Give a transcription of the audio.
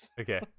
Okay